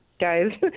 guys